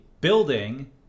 building